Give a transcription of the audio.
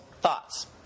thoughts